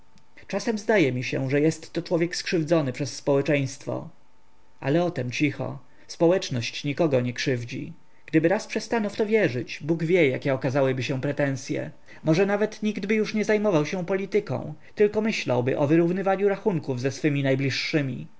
czasem zdaje mi się że jestto człowiek skrzywdzony przez społeczeństwo ale o tem cicho społeczność nikogo nie krzywdzi gdyby raz przestano w to wierzyć bóg wie jakie okazałyby się pretensye może nawet niktby już nie zajmował się polityką tylko myślałby o wyrównywaniu rachunków ze swymi najbliższymi